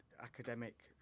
academic